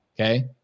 Okay